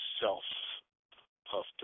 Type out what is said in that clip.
self-puffed